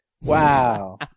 Wow